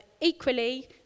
equally